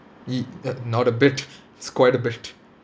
e~ uh not a bit it's quite a bit